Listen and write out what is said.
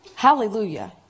Hallelujah